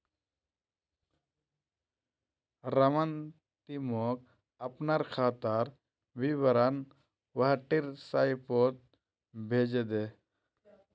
रमन ती मोक अपनार खातार विवरण व्हाट्सएपोत भेजे दे